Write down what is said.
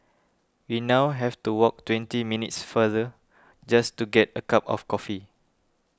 we now have to walk twenty minutes farther just to get a cup of coffee